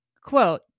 Quote